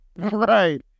Right